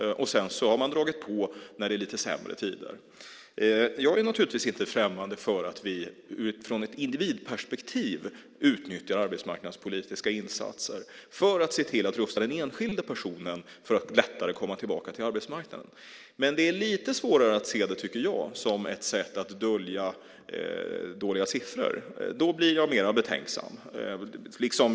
Sedan har man dragit på när det är lite sämre tider. Jag är inte främmande för att vi ur ett individperspektiv utnyttjar arbetsmarknadspolitiska insatser för att se till att just den enskilda personen lättare kan komma tillbaka till arbetsmarknaden. Jag har lite svårare att se det som ett sätt att dölja dåliga siffror. Då blir jag mer betänksam.